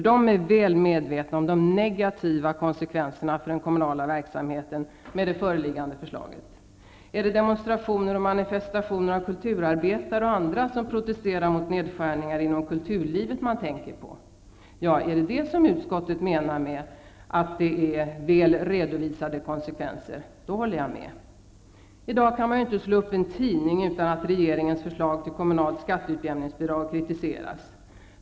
De är väl medvetna om de negativa konsekvenserna för den kommunala verksamheten med det föreliggande förslaget. Är det demonstrationer och manifestationer av kulturarbetare och andra som protesterar mot nedskärningar inom kulturlivet man tänker på? Är det detta utskottet menar med väl redovisade konsekvenser, då håller jag med. I dag kan man inte slå upp en tidning utan att regeringens förslag till kommunalt skatteutjämningsbidrag kritiseras.